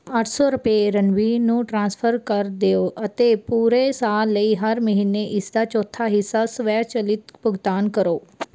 ਅੱਠ ਸੌ ਰੁਪਏ ਰਣਵੀਰ ਨੂੰ ਟ੍ਰਾਂਸਫਰ ਕਰ ਦਿਓ ਅਤੇ ਪੂਰੇ ਸਾਲ ਲਈ ਹਰ ਮਹੀਨੇ ਇਸ ਦਾ ਚੌਥਾ ਹਿੱਸਾ ਸਵੈਚਾਲਿਤ ਭੁਗਤਾਨ ਕਰੋ